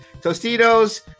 Tostitos